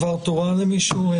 דבר תורה למישהו?